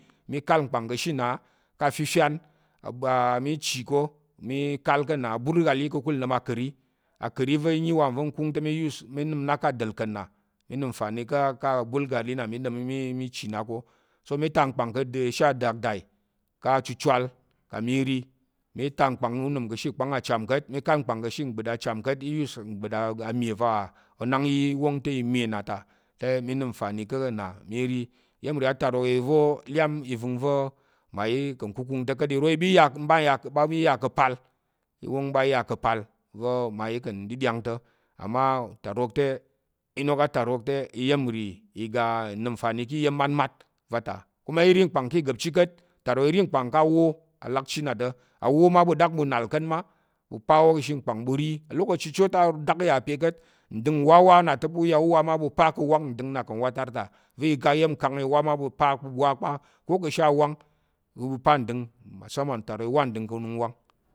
Mi kal ngkpang ka̱ ashe nna ká̱ a fifan mi chi ko mi kal ká̱ na abugali ka̱kul nəm akəri, wa nva̱ nkung te mi use mi nəm na ká̱ ndalka̱l na. mi nəm nfani ká̱ abugali na mi chi na ko, so mi tai ngkpang ka̱ ashe adakdai na ká̱ achuwal kang mi ri, mi tai ngkpang unəm ka̱ ashe ikpang acham ka̱t mi kal ngkpang ka̱ ashe gbət acham ka̱t mi use gbət a me va onang yi wong ta̱ i nəm nfani ka na mi ri, iya̱m atarok iro lyam ivəngva̱ mmayi ka̱ nkukung ta̱ ka̱t, iro i ɓa ya m ɓa ya ka̱ apal nwong ɓa ya ka̱ apal va̱ mmayi ka̱ nɗyiɗyang ta̱ amma utarok te, inok atarok te iya̱m nri, nnəm nfani ka̱ iya̱m matmat va ta kuma i ri ngkpang ka̱ ikgapchi ka̱t utarok iri ngkpang ka̱ awo a lakchi na ta̱, awo mma ɓu ɗak ɓu nal ka̱t ma ɓu pa awo ka̱ ashe ngkpang ɓu ri alokaci chi e adak ya pe ka̱t ndəng nwa wa nna ta̱ pa̱ wa mma ɓu pa ka̱ awang va̱ ta ko oga iya̱mkang va̱ i wa mma ɓu wa kpa ko ka̱ she awang ɓu pa ndəng, masamam utarok i wa ndəng ka̱ nung wang.